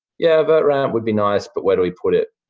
yeah, a vert ramp would be nice but where do we put it?